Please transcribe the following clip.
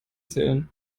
zählen